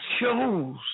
chose